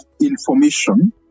information